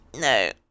No